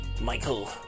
Michael